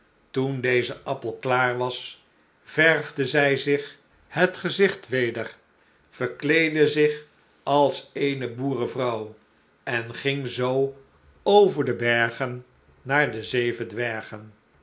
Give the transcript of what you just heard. toen deze appel klaar was verwde zij zich het gezigt weder verkleedde zich als eene boerenvrouw en ging zoo over de bergen naar de zeven dwergen